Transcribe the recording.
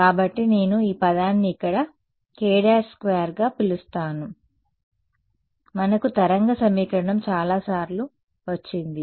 కాబట్టి నేను ఈ పదాన్ని ఇక్కడ k′2 గా పిలుస్తాను మనకు తరంగ సమీకరణం చాలాసార్లు వచ్చింది